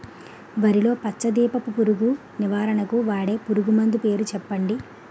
వరిలో పచ్చ దీపపు పురుగు నివారణకు వాడే పురుగుమందు పేరు చెప్పండి?